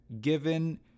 Given